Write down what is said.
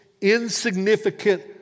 insignificant